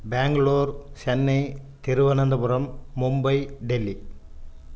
Bangalore Chennai Thiruvananthapuram Mumbai Delhi